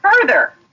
further